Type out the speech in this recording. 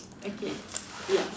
okay ya